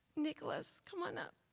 nicholas come on up